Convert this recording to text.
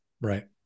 Right